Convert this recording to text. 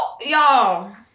y'all